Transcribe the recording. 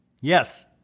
Yes